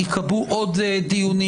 ייקבעו עוד דיונים.